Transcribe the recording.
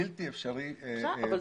ובלתי אפשרי -- בסדר.